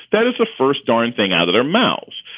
that is the first darn thing out of their mouths.